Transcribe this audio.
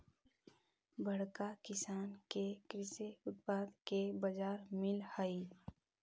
बड़का किसान के कृषि उत्पाद के बाजार मिलऽ हई